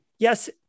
Yes